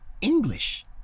English